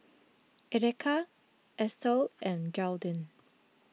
Erika Estel and Jaidyn